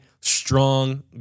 strong